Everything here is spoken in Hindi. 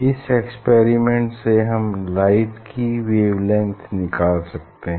इस एक्सपेरिमेंट से हम लाइट की वेवलेंग्थ निकाल सकते हैं